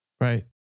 Right